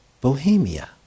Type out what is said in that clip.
Bohemia